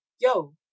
yo